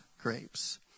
grapes